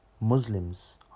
Muslims